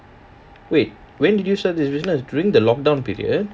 wait when did you start this business during the lockdown period